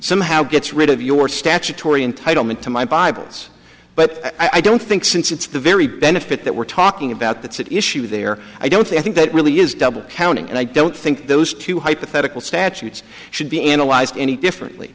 somehow gets rid of your statutory entitlement to my bibles but i don't think since it's the very benefit that we're talking about that's at issue there i don't think that really is double counting and i don't think those two hypothetical statutes should be analyzed any differently